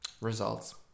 Results